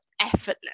effortless